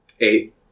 Eight